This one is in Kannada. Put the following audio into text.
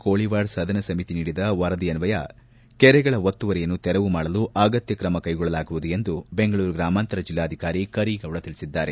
ಕೋಳಿವಾಡ ಸದನ ಸಮಿತಿ ನೀಡಿದ ವರದಿ ಅನ್ವಯ ಕೆರೆಗಳ ಒತ್ತುವರಿಯನ್ನು ತೆರವು ಮಾಡಲು ಅಗತ್ವ ಕ್ರಮ ಕೈಗೊಳ್ಳಲಾಗುವುದು ಎಂದು ಬೆಂಗಳೂರು ಗ್ರಾಮಾಂತರ ಜಿಲ್ಲಾಧಿಕಾರಿ ಕರೀಗೌಡ ತಿಳಿಸಿದ್ದಾರೆ